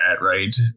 right